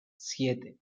siete